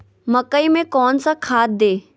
मकई में कौन सा खाद दे?